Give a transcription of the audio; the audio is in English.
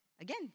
again